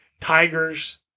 Tigers